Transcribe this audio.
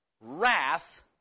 wrath